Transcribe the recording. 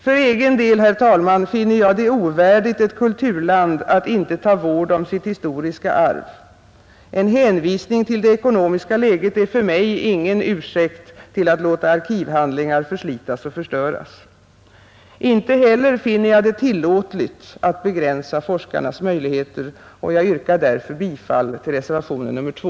För egen del, herr talman, finner jag det ovärdigt ett kulturland att inte ta vård om sitt historiska arv; en hänvisning till det ekonomiska läget är för mig ingen ursäkt för att låta arkivhandlingar förslitas och förstöras. Inte heller finner jag det tillåtligt att begränsa forskarnas möjligheter, och jag yrkar därför bifall till reservationen 2.